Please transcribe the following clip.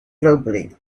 globally